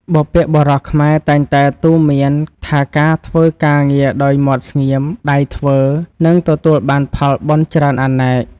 បុព្វបុរសខ្មែរតែងតែទូន្មានថាការធ្វើការងារដោយមាត់ស្ងៀមដៃធ្វើនឹងទទួលបានផលបុណ្យច្រើនអនេក។